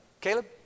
Caleb